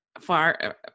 Far